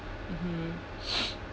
mmhmm